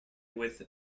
with